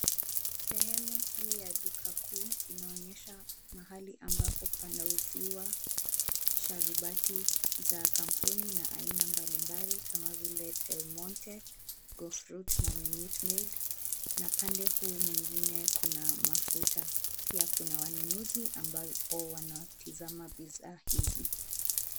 Sehemu hii ya duka kuu inaonyesha mahali ambapo panauziwa sharubati za kampuni na aina mbali mbali kama vile Del Monte, GoFruit na Minute Maid na pande huu mwingine kuna mafuta. Pia kuna wanunuzi ambao wanatizama bidhaa hizi.